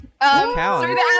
Count